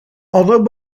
although